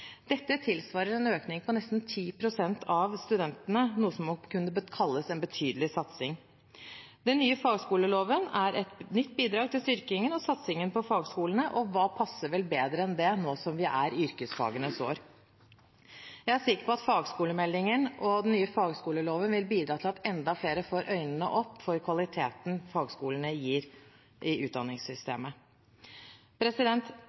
Dette tilsvarer en økning på nesten 10 pst., noe som må kunne kalles en betydelig satsing. Den nye fagskoleloven er et nytt bidrag til styrkingen av og satsingen på fagskolene. Hva passer vel bedre enn det nå som vi er inne i yrkesfagenes år? Jeg er sikker på at fagskolemeldingen og den nye fagskoleloven vil bidra til at enda flere får øynene opp for kvaliteten fagskolene gir, i